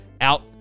out